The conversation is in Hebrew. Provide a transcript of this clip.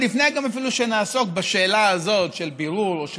גם אפילו לפני שנעסוק בשאלה הזאת של בירור או של,